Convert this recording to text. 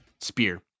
Spear